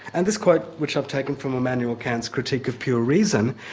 and this quote, which i've taken from um immanuel kant's critique of pure reason,